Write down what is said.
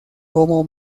como